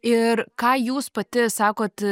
ir ką jūs pati sakot